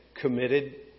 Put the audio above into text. committed